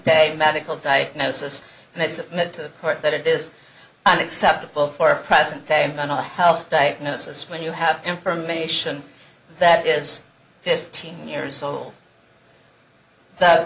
day medical diagnosis and i submit to the court that it is unacceptable for present day mental health diagnosis when you have information that is fifteen years old